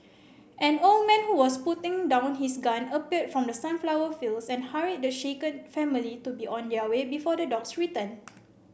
an old man who was putting down his gun appeared from the sunflower fields and hurried the shaken family to be on their way before the dogs return